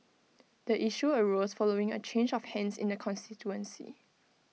the issue arose following A change of hands in the constituency